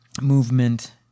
movement